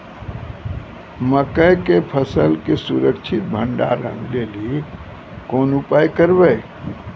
मकई के फसल के सुरक्षित भंडारण लेली कोंन उपाय करबै?